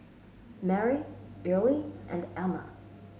Merri Earley and Emma